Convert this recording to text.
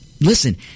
Listen –